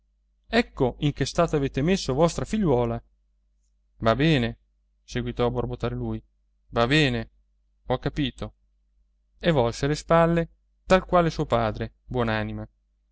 ecco in che stato avete messo la vostra figliuola va bene seguitò a borbottare lui va bene ho capito e volse le spalle tal quale suo padre